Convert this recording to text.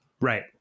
Right